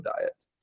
diet